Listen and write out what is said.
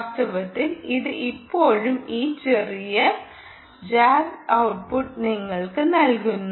വാസ്തവത്തിൽ ഇത് ഇപ്പോഴും ഈ ചെറിയ ജാഗ്ഡ് ഔട്ട്പുട്ട് നിങ്ങൾക്ക് നൽകുന്നു